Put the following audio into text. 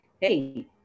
Hey